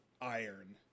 iron